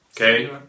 Okay